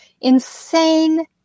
insane